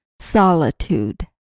Solitude